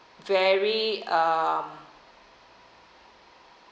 very uh